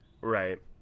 Right